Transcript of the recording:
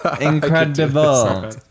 incredible